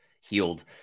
healed